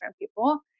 people